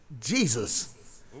Jesus